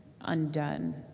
undone